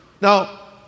Now